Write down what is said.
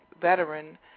veteran